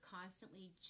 constantly